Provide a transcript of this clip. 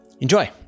Enjoy